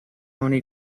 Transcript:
many